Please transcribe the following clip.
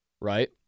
right